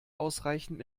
ausreichend